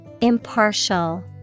Impartial